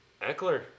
Eckler